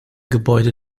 gebäude